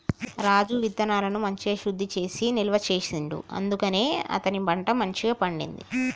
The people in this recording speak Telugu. రాజు విత్తనాలను మంచిగ శుద్ధి చేసి నిల్వ చేసిండు అందుకనే అతని పంట మంచిగ పండింది